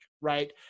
right